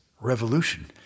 revolution